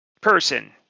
person